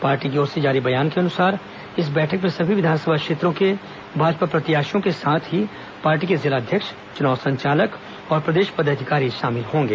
party की ओर से जारी बयान के अनुसार इस बैठक में सभी विधानसभा क्षेत्रों के भाजपा प्रत्याशियों के साथ ही पार्टी के जिलाध्यक्ष चुनाव संचालक औरं प्रदेश पदाधिकारी शामिल होंगे